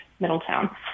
Middletown